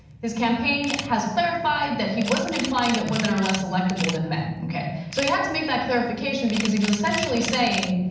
his campaign has clarified that he wasn't implying that women are less electable than men. okay, so he had to make that clarification because he was essentially saying,